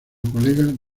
colega